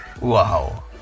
wow